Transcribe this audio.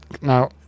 now